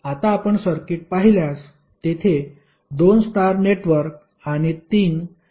आता आपण सर्किट पाहिल्यास तेथे 2 स्टार नेटवर्क आणि 3 डेल्टा नेटवर्क आहेत